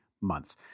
months